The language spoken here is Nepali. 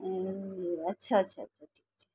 ए ल अच्छा अच्छा अच्छा अच्छा